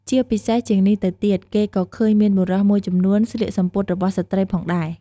ជាពិសេសជាងនេះទៅទៀតគេក៏ឃើញមានបុរសមួយចំនួនស្លៀកសំពត់របស់ស្រ្តីផងដែរ។